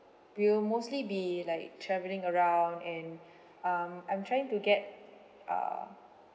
we will mostly be like travelling around and um I'm trying to get uh